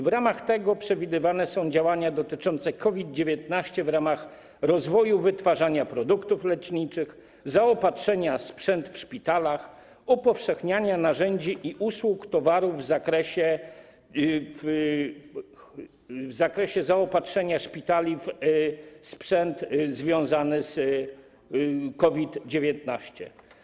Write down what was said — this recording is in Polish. W ramach tego przewidywane są działania dotyczące COVID-19 - w ramach rozwoju wytwarzania produktów leczniczych, zaopatrzenia szpitali w sprzęt, upowszechniania narzędzi, usług i towarów w zakresie zaopatrzenia szpitali w sprzęt związany z COVID-19.